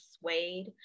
suede